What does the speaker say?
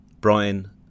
Brian